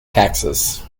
taxes